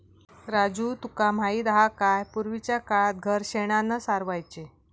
राजू तुका माहित हा काय, पूर्वीच्या काळात घर शेणानं सारवायचे